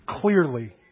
clearly